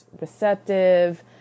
receptive